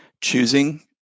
choosing